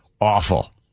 awful